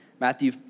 Matthew